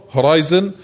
Horizon